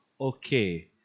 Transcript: Okay